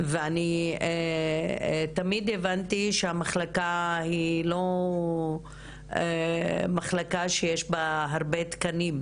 ואני תמיד הבנתי שהמחלקה שלכם היא לא מחלקה שיש בה הרבה תקנים.